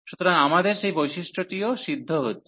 সুতরাং আমাদের সেই বৈশিষ্ট্যটিও সিদ্ধ হচ্ছে